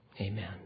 Amen